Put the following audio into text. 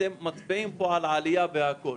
אתם מצביעים פה על עלייה, והכל,